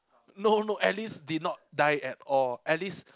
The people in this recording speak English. no no Alice did not die at all Alice